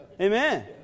Amen